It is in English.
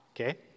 Okay